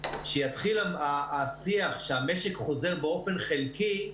כשיתחיל השיח שהמשק חוזר באופן חלקי,